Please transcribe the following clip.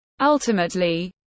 ultimately